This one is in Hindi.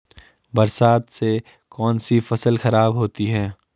बरसात से कौन सी फसल खराब होती है?